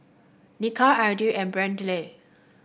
Nikia Edrie and Brantley